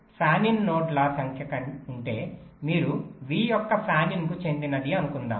fan in నోడ్ల సంఖ్య ఉంటే మీరు v యొక్క ఫ్యాన్ ఇన్ కు చెందినది అనుకుందాము